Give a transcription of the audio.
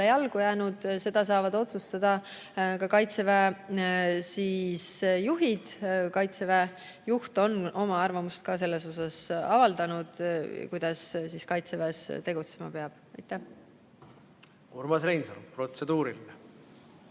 jalgu jäänud, seda saavad otsustada Kaitseväe juhid. Kaitseväe juht on oma arvamust ka selles osas avaldanud, kuidas Kaitseväes tegutsema peab. Urmas Reinsalu, protseduuriline.